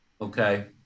Okay